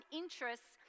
interests